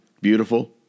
beautiful